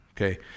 okay